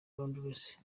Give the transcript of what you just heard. londres